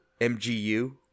MGU